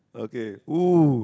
okay !woo!